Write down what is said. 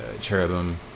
cherubim